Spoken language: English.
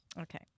Okay